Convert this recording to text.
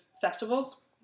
festivals